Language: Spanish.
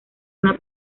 una